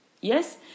yes